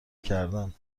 کردن